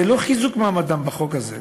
זה לא חיזוק מעמדם בחוק הזה.